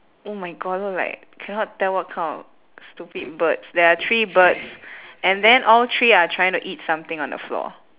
oh my god look like cannot tell what kind of stupid birds there are three birds and then all three are trying to eat something on the floor